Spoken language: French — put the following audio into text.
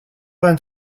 vingt